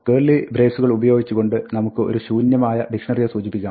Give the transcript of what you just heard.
curly ബ്രേസുകൾ ഉപയോഗിച്ചു കൊണ്ട് നമുക്ക് ഒരു ശൂന്യമായ ഡിക്ഷ്ണറിയെ സൂചിപ്പിക്കാം